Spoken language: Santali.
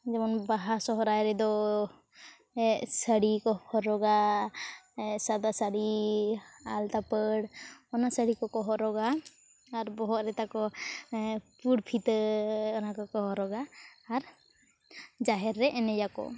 ᱡᱮᱢᱚᱱ ᱵᱟᱦᱟ ᱥᱚᱦᱚᱨᱟᱭ ᱨᱮᱫᱚ ᱥᱟᱹᱲᱤᱠᱚ ᱦᱚᱨᱚᱜᱼᱟ ᱥᱟᱫᱟ ᱥᱟᱹᱲᱤ ᱟᱞᱛᱟ ᱯᱟᱹᱲ ᱚᱱᱟ ᱥᱟᱹᱲᱤᱠᱚ ᱠᱚ ᱦᱚᱨᱚᱜᱼᱟ ᱟᱨ ᱵᱚᱦᱚᱜᱨᱮ ᱛᱟᱠᱚ ᱯᱩᱰ ᱯᱷᱤᱛᱟᱹ ᱚᱱᱟᱠᱚ ᱠᱚ ᱦᱚᱨᱚᱜᱼᱟ ᱟᱨ ᱡᱟᱦᱮᱨ ᱨᱮ ᱮᱱᱮᱡ ᱟᱠᱚ